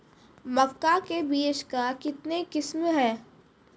मक्का के बीज का कितने किसमें हैं?